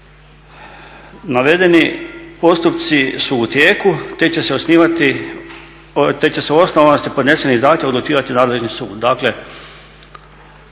Navedeni postupci su u tijeku te će se … podneseni zahtjevi odlučivati u nadležnosti suda.